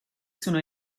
sono